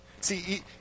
see